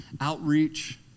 outreach